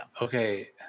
Okay